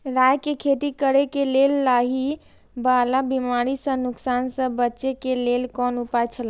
राय के खेती करे के लेल लाहि वाला बिमारी स नुकसान स बचे के लेल कोन उपाय छला?